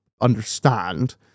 understand